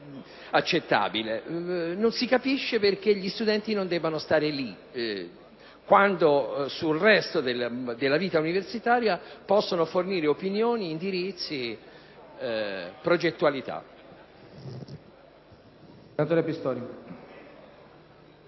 Non si capisce perché gli studenti non debbano essere presenti quando sul resto della vita universitaria possono fornire opinioni, indirizzi e progettualità.